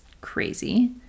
crazy